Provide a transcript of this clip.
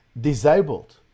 disabled